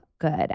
good